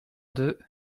deux